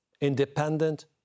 independent